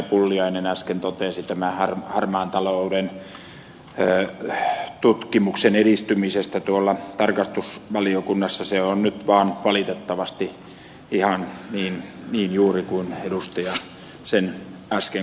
pulliainen äsken totesi tämän harmaan talouden tutkimuksen edistymisestä tuolla tarkastusvaliokunnassa on nyt vaan valitettavasti ihan niin juuri kuin edustaja sen äsken kuvasi